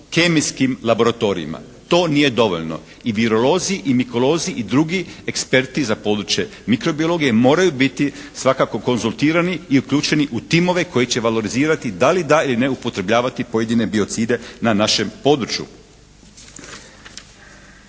kemijskim laboratorijima. To nije dovoljno. I virolozi i mikrolozi i drugi eksperti za područje mikrobiologije moraju biti svakako konzultirani i uključeni u timove koji će valorizirati da ili ne upotrebljavati pojedine biocide na našem području.